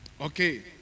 Okay